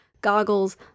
goggles